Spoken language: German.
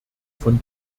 von